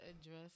address